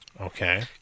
Okay